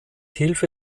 hilfe